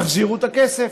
תחזירו את הכסף.